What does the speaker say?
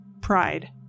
pride